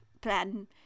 plan